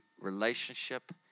relationship